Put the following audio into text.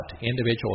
individual